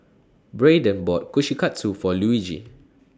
Braeden bought Kushikatsu For Luigi